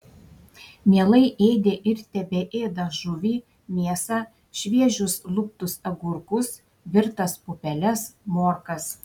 mielai ėdė ir tebeėda žuvį mėsą šviežius luptus agurkus virtas pupeles morkas